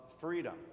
freedom